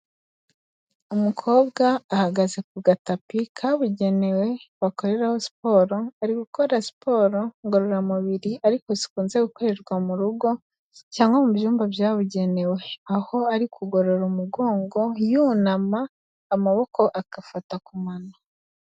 Umukobwa ahagaze ku gatapi kabugenewe bakorera siporo. Ari gukora siporo ngororamubiri ariko zikunze gukorerwa mu rugo cyangwa mu byumba byabugenewe. Aho ari kugorora umugongo yunama, amaboko agafata ku mano.